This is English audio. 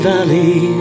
Valley